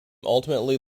ultimately